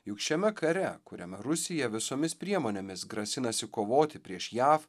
juk šiame kare kuriame rusija visomis priemonėmis grasinasi kovoti prieš jav